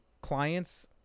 clients